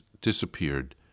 disappeared